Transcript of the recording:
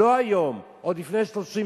לא היום, אלא עוד לפני 30 שנה.